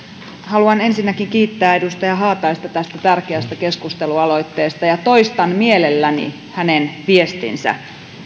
haluan ensinnäkin kiittää edustaja haataista tästä tärkeästä keskustelualoitteesta ja toistan mielelläni hänen viestinsä